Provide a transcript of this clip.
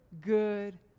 good